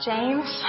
James